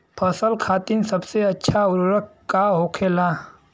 फसल खातीन सबसे अच्छा उर्वरक का होखेला?